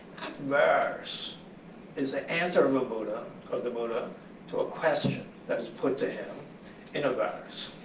verse is the answer of a buddha of the buddha to a question that is put to him in a verse.